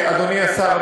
אדוני השר,